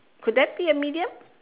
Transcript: could that be an idiom